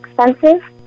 expensive